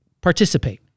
participate